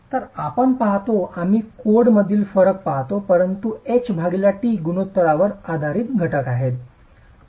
तर आपण पाहतो आम्ही कोडमधील फरक पाहतो परंतु h t गुणोत्तरांवर आधारित घटक आहेत